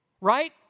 right